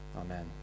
Amen